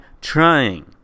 trying